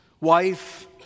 wife